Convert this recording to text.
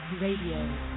Radio